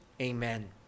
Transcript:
Amen